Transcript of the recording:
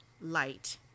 light